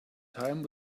time